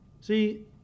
See